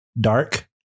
dark